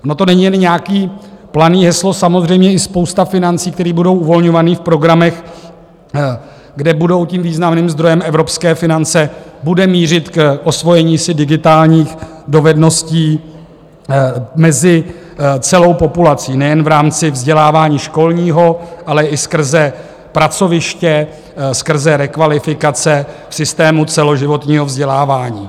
Ono to není jen nějaké plané heslo, samozřejmě i spousta financí, které budou uvolňované v programech, kde budou tím významným zdrojem evropské finance, bude mířit k osvojení si digitálních dovedností mezi celou populací nejen v rámci vzdělávání školního, ale i skrze pracoviště, skrze rekvalifikace v systému celoživotního vzdělávání.